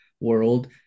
world